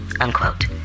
Unquote